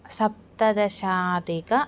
सप्तदशाधिकम्